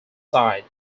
side